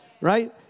right